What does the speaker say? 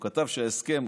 הוא כתב שההסכם,